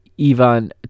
Ivan